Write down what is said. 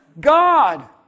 God